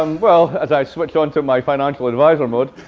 um well, as i switch onto my financial adviser mode.